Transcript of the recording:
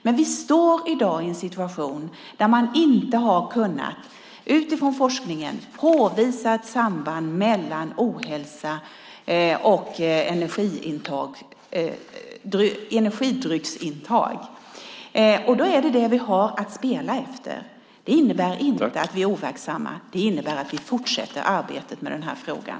Men vi står i dag i en situation där man utifrån forskningen inte har kunnat påvisa ett samband mellan ohälsa och energidrycksintag. Då är det detta vi har att spela efter. Det innebär inte att vi är overksamma. Det innebär att vi fortsätter arbetet med frågan.